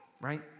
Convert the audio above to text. right